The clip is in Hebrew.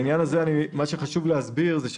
חשוב להסביר,